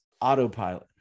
autopilot